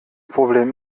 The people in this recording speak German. problem